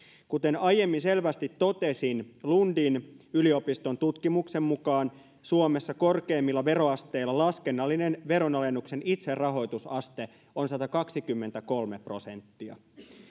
kuten aiemmin selvästi totesin lundin yliopiston tutkimuksen mukaan suomessa korkeimmilla veroasteilla laskennallinen veronalennuksen itserahoitusaste on satakaksikymmentäkolme prosenttia